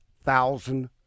thousand